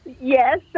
Yes